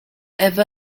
ever